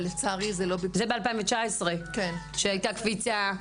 אבל, לצערי, זה לא --- זה ב-2019 כשהייתה קפיצה?